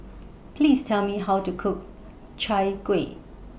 Please Tell Me How to Cook Chai Kueh